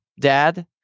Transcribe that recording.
dad